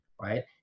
right